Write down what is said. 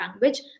language